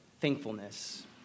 thankfulness